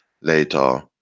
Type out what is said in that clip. later